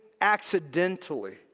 accidentally